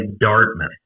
Dartmouth